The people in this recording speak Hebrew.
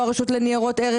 לא הרשות לניירות ערך.